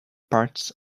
parts